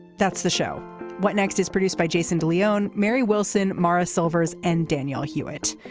that's the show what next is produced by jason de leon. mary wilson mara silvers and danielle hewitt.